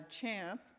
Champ